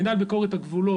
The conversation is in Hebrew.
מנהל ביקורת הגבולות,